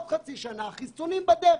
חצי שנה, החיסונים בדרך.